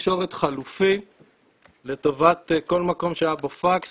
תקשורת חלופי לטובת כל מקום שהיה בו פקס.